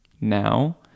now